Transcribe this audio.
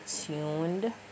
tuned